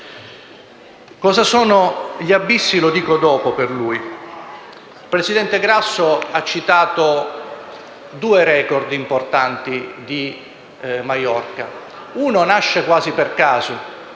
Cosa sono gli abissi per lui lo dirò dopo. Il presidente Grasso ha citato due record importanti di Maiorca. Uno nasce quasi per caso: